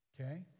Okay